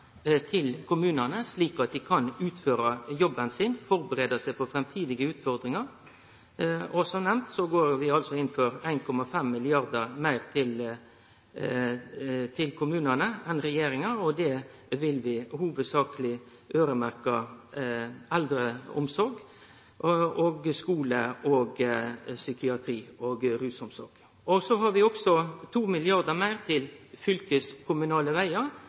til kommunane, slik at dei kan utføre jobben sin og førebu seg på framtidige utfordringar. Som nemnt går vi altså inn for 1,5 mrd. kr meir til kommunane enn regjeringa gjer. Det vil vi hovudsakleg øyremerkje eldreomsorg, skule, psykiatri og rusomsorg. Så har vi også 2 mrd. kr meir til fylkeskommunale vegar.